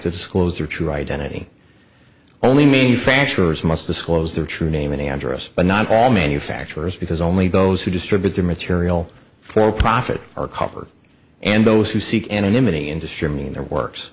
to disclose their true identity only me factures must disclose their true name and address but not all manufacturers because only those who distribute their material for profit or cover and those who seek anonymity industry in their works